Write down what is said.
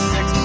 Six